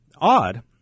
Odd